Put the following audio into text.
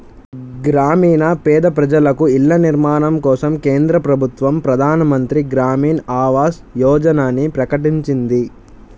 గ్రామీణ పేద ప్రజలకు ఇళ్ల నిర్మాణం కోసం కేంద్ర ప్రభుత్వం ప్రధాన్ మంత్రి గ్రామీన్ ఆవాస్ యోజనని ప్రకటించింది